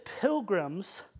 pilgrims